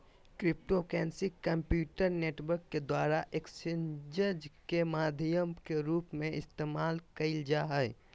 cryptocurrency computer network के द्वारा exchanges के माध्यम के रूप में इस्तेमाल कइल जा हइ